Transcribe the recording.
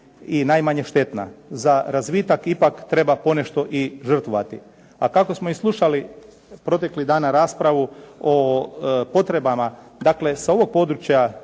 i najmanje štetna. Za razvitak ipak treba ponešto i žrtvovati. A kako smo i slušali proteklih dana raspravu o potrebama, dakle sa ovog područja